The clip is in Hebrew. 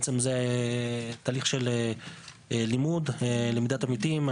זה תהליך של לימוד ולמידת עמיתים.